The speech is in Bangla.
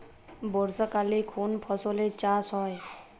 বর্ষাকালে কোন ফসলের চাষ হয়?